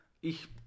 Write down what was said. ich